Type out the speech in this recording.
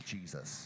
Jesus